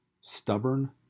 stubborn